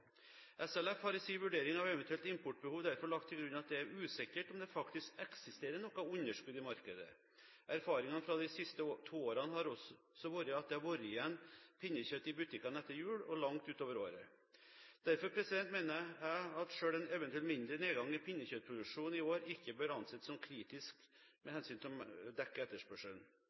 SLF har i sin vurdering av eventuelt importbehov derfor lagt til grunn at det er usikkert om det faktisk eksisterer noe underskudd i markedet. Erfaringen fra de siste to årene er også at det har vært pinnekjøtt igjen i butikkene etter jul og langt utover året. Derfor mener jeg at selv en eventuell mindre nedgang i pinnekjøttproduksjonen i år ikke bør anses som kritisk med hensyn til å dekke etterspørselen.